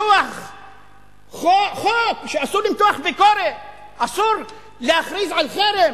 חוק שאסור למתוח ביקורת, אסור להכריז על חרם.